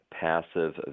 passive